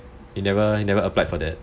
you never applied for that